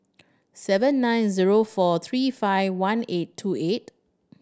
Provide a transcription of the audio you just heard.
seven nine zero four three five one eight two eight